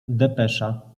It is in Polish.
depesza